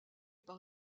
par